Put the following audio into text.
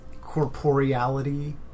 corporeality